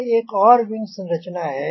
यह एक और विंग संरचना है